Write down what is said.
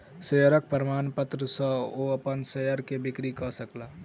शेयरक प्रमाणपत्र सॅ ओ अपन शेयर के बिक्री कय सकला